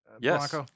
Yes